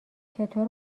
چطور